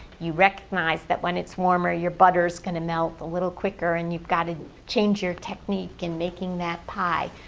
you recognize that when it's warmer, your butter is going to melt a little quicker and you've got to change your technique in making that pie.